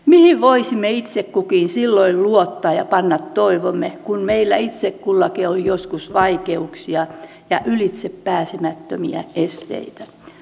mihin voisimme itse kukin silloin luottaa ja panna toivomme kun meillä itse kullakin on joskus vaikeuksia ja ylitsepääsemättömiä esteitä